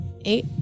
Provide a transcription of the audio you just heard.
eight